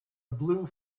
blue